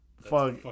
Fuck